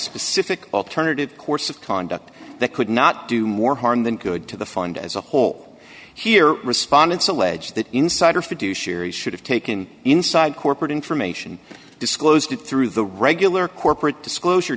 specific alternative course of conduct that could not do more harm than good to the fund as a whole here respondents allege that insider fiduciary should have taken inside corporate information disclosed through the regular corporate disclosure